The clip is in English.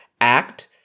act